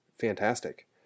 fantastic